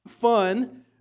fun